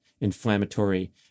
inflammatory